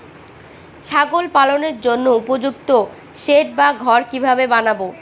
ছাগল পালনের জন্য উপযুক্ত সেড বা ঘর কিভাবে বানাবো?